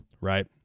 right